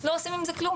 לא עושים עם זה כלום,